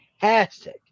fantastic